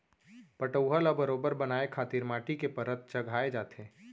पटउहॉं ल बरोबर बनाए खातिर माटी के परत चघाए जाथे